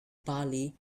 bali